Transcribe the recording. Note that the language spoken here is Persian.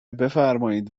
بفرمایید